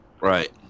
Right